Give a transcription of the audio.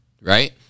right